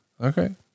Okay